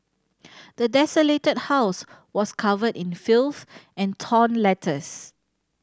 the desolated house was covered in filth and torn letters